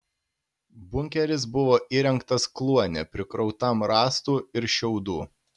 bunkeris buvo įrengtas kluone prikrautam rąstų ir šiaudų